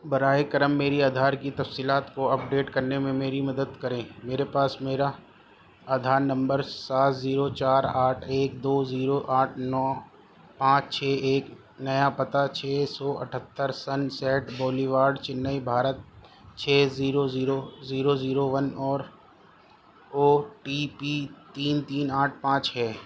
براہ کرم میری آدھار کی تفصیلات کو اپ ڈیٹ کرنے میں میری مدد کریں میرے پاس میرا آدھار نمبر سات زیرو چار آٹھ ایک دو زیرو آٹھ نو پانچ چھ ایک نیا پتہ چھ سو اٹھہتر sunset boulevard Chennai Bharat چھ zero zero zero zero one اور او ٹی پی تین تین آٹھ پانچ ہے